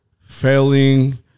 failing